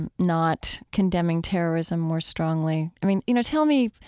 and not condemning terrorism more strongly. i mean, you know, tell me